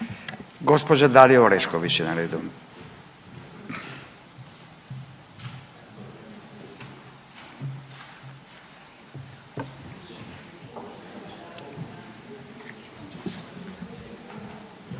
Gospođa Dalija Orešković je na redu.